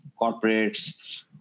corporates